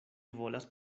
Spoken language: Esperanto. volas